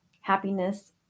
Happiness